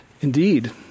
Indeed